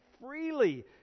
freely